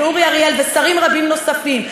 אורי אריאל ושרים רבים נוספים,